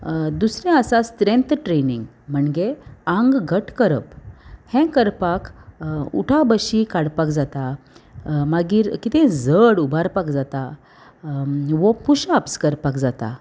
दुसरें आसा strength training म्हणगे आंग घट करप हें करपाक उठा बशी काडपाक जाता मागीर कितें जड उबारपाक जाता वो पुश्अप्स करपाक जाता